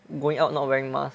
going out not wearing masks